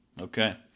Okay